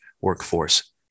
workforce